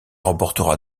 remportera